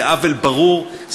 זה עוול ברור, תודה.